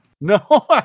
No